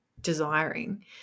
desiring